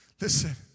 listen